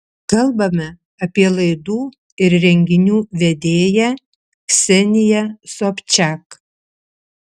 kalbame apie laidų ir renginių vedėja kseniją sobčak